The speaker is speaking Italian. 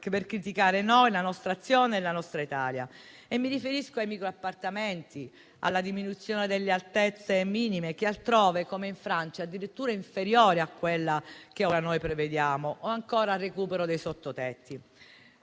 per criticare noi, la nostra azione e la nostra Italia. Mi riferisco ai microappartamenti, alla diminuzione delle altezze minime che altrove, come in Francia, sono addirittura inferiori a quella che ora noi prevediamo, o ancora al recupero dei sottotetti.